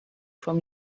from